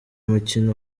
mukino